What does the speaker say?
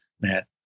Matt